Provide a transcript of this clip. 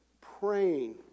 praying